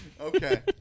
Okay